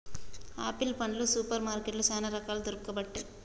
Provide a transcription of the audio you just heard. apple పండ్లు super మార్కెట్లో చానా రకాలు దొరుకబట్టె